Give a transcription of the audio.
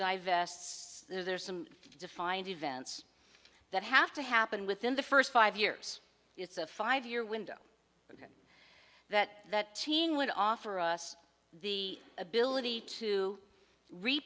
divests there are some defined events that have to happen within the first five years it's a five year window that that would offer us the ability to